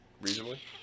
reasonably